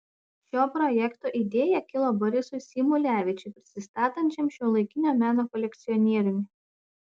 šio projekto idėja kilo borisui symulevičiui prisistatančiam šiuolaikinio meno kolekcionieriumi